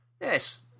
yes